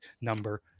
number